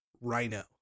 rhino